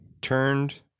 turned